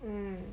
mm